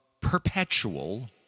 perpetual